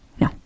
No